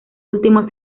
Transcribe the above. últimos